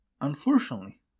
Unfortunately